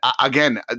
again